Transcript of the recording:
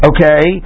Okay